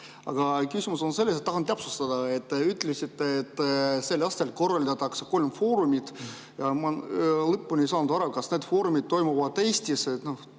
Aga küsimus on selles, et tahan täpsustada. Te ütlesite, et sel aastal korraldatakse kolm foorumit. Ma lõpuni ei saanud aru, kas need foorumid toimuvad Eestis,